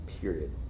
period